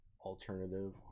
alternative